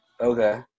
Okay